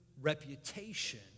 reputation